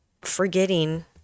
forgetting